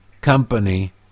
company